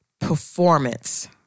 performance